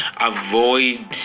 avoid